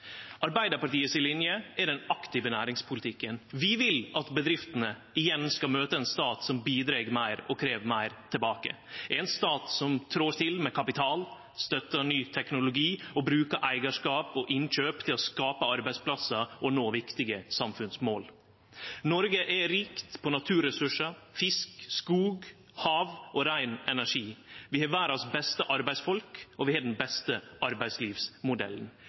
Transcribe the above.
linje er den aktive næringspolitikken. Vi vil at bedriftene igjen skal møte ein stat som bidreg meir og krev meir tilbake – ein stat som trår til med kapital, støttar ny teknologi og brukar eigarskap og innkjøp til å skape arbeidsplassar og nå viktige samfunnsmål. Noreg er rikt på naturressursar, fisk, skog, hav og rein energi. Vi har verdas beste arbeidsfolk, og vi har den beste arbeidslivsmodellen.